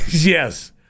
Yes